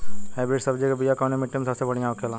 Hybrid सब्जी के बिया कवने मिट्टी में सबसे बढ़ियां होखे ला?